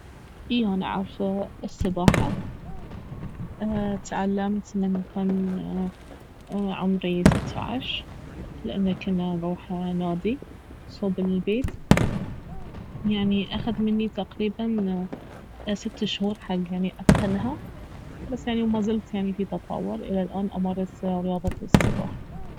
أي انا اعرف السباحة اتعلمت من كان عمري ستة عشر لانه كنا نروح نادي صوب البيت يعني اخذ مني تقريبا ست شهور حق يعني اتقنها بس يعني مازلت يعني في تطور الى الآن امارس رياضة السباحة